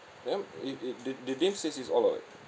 then it it the the name says it all [what]